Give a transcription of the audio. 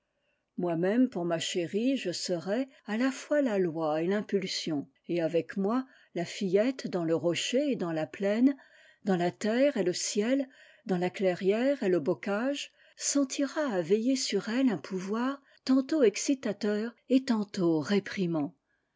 moi-même pour ma chérie je serai a la fois la loi et l'impulsion et avec moi la fillette dans le rocher et dans la plaine dans la terre et le ciel dans la clairière et le bocage sentira à veiller sur elle un pouvoir tantôt excitateur et tantôt réprimant